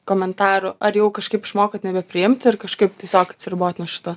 komentarų ar jau kažkaip išmokot nebepriimti ir kažkaip tiesiog atsiribot nuo šito